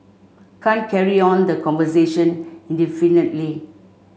can't carry on the conversation indefinitely